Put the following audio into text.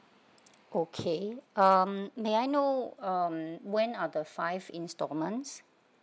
okay um may I know um when are the five instalments